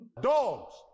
Dogs